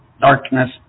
darkness